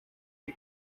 est